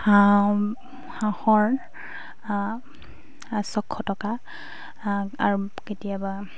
হাঁহ হাঁহৰ ছশ টকা আৰু কেতিয়াবা